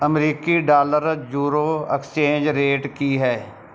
ਅਮਰੀਕੀ dollar euro exchange rate ਕੀ ਹੈ